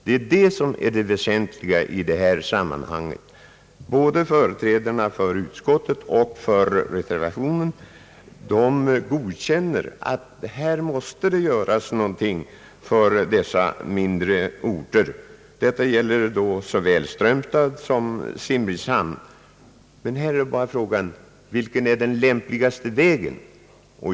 Det är det som är det väsentliga i detta sammanhang. Både företrädarna för utskottet och för reservationen är alltså ense om att det måste göras någonting för dessa mindre orter. Det gäller då såväl Strömstad som Simrishamn. Här är det bara frågan om vilken väg som är lämpligast.